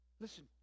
Listen